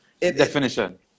definition